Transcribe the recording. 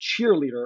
cheerleader